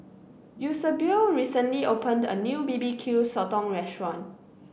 Eusebio recently opened a new B B Q Sotong restaurant